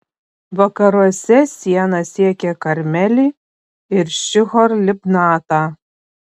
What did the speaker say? vakaruose siena siekė karmelį ir šihor libnatą